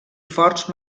forts